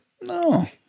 No